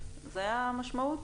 זו המשמעות?